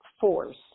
force